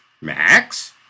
Max